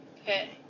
Okay